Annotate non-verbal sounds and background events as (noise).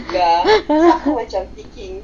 (laughs)